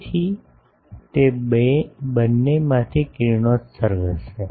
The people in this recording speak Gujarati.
તેથી તે બંનેમાંથી કિરણોત્સર્ગ હશે